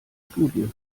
studie